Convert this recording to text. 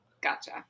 Gotcha